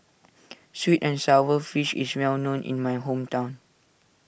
Sweet and Sour Fish is well known in my hometown